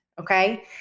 okay